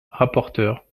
rapporteure